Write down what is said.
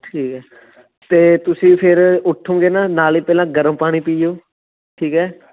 ਠੀਕ ਹੈ ਅਤੇ ਤੁਸੀਂ ਫ਼ੇਰ ਉੱਠੂੰਗੇ ਨਾ ਨਾਲ ਹੀ ਪਹਿਲਾਂ ਗਰਮ ਪਾਣੀ ਪੀਓ ਠੀਕ ਹੈ